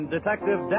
Detective